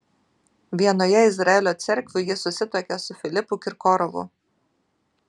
vienoje izraelio cerkvių ji susituokė su filipu kirkorovu